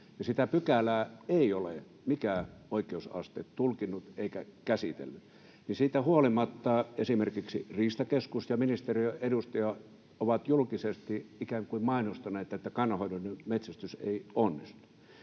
sitä pykälää ei ole mikään oikeusaste tulkinnut eikä käsitellyt, niin siitä huolimatta esimerkiksi Riistakeskus ja ministeriön edustaja ovat julkisesti ikään kuin mainostaneet, että kannanhoidollinen metsästys ei onnistu.